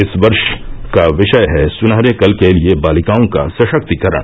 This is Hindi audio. इस वर्ष का विषय है सुनहरे कल के लिए बालिकाओं का सशक्तीकरण